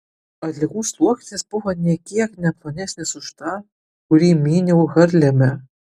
atliekų sluoksnis buvo nė kiek ne plonesnis už tą kurį myniau harleme